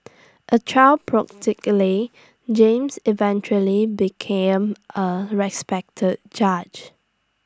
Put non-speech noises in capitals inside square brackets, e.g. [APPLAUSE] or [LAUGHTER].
[NOISE] A child prodigally James eventually became A respected judge